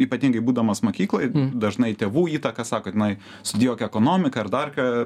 ypatingai būdamas mokykloj dažnai tėvų įtaka sako tenai studijuok ekonomiką ar dar ką